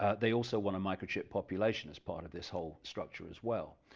they also want a microchiped population as part of this whole structure as well,